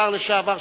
השר לשעבר שטרית,